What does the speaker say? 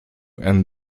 and